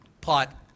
plot